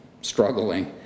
struggling